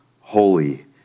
holy